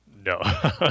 no